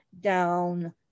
down